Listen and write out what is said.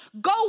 Go